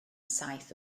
saith